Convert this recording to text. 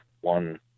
one